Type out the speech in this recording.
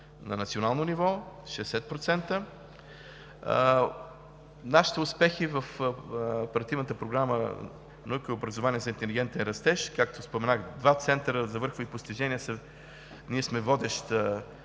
на национално нивото – 60%. Нашите успехи в партийната програма „Наука и образование за интелигентен растеж“, както споменах, в два центъра за върхови постижения ние сме водеща